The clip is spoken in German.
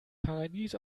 paradies